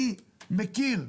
אני מכיר,